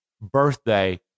birthday